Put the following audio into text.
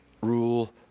rule